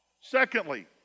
Secondly